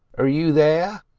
are you there?